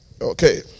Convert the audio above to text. Okay